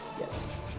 Yes